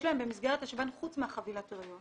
שיש להן במסגרת השב"ן חוץ מחבילת ההריון